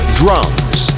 drums